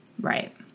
Right